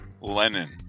Lenin